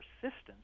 persistence